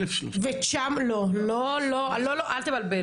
1,300. לא, לא, אל תבלבל.